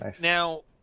Now